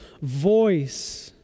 voice